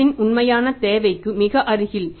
பணத்தின் உண்மையான தேவைக்கு மிக அருகில்